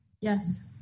Yes